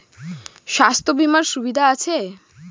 স্বাস্থ্য বিমার সুবিধা আছে?